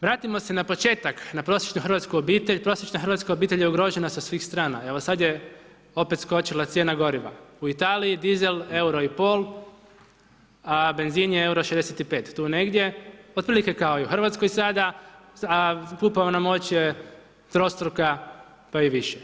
Vratimo se na početak, na prosječnu hrvatsku obitelj, prosječna hrvatska obitelj je ugrožena sa svih strana, evo sada je opet skočila cijena goriva, u Italiji dizel, euro i pol, benzin je euro i 65 tu negdje, otprilike kao i u Hrvatskoj sada, a kupovna moć je trostruka pa i više.